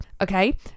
Okay